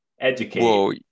educate